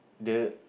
the